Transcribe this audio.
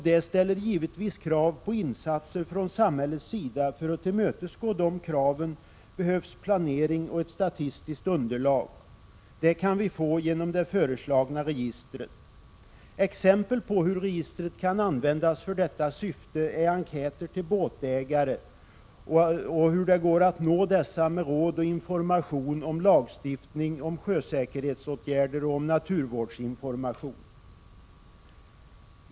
Det ställer naturligtvis krav på insatser från samhällets sida. För att tillmötesgå de kraven behövs planering och ett statistiskt underlag. Det kan vi få genom det föreslagna registret. Exempel på hur registret kan användas för detta syfte är utsändning av enkäter till båtägare, som på det sättet också kan få naturvårdsinformation och råd och information när det gäller lagstiftning om sjösäkerhetsåtgärder. Herr talman!